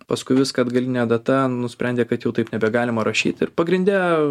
paskui viską atgaline data nusprendė kad jau taip nebegalima rašyt ir pagrinde